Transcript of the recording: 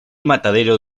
matadero